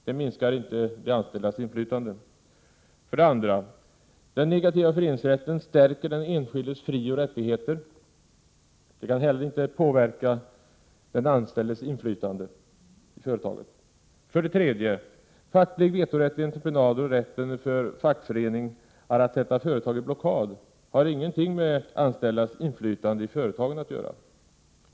Det minskar inte de anställdas inflytande. För det andra: Den negativa föreningsrätten stärker den enskildes frioch rättigheter. Det kan inte heller påverka den anställdes inflytande i företaget. För det tredje: Facklig vetorätt vid entreprenader och rätten för fackföreningar att sätta företag i blockad har ingenting med anställdas inflytande i företaget att göra.